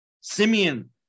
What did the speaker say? Simeon